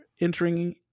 entering